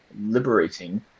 liberating